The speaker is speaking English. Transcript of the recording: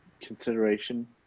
consideration